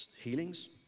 healings